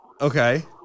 Okay